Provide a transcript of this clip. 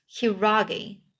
Hiragi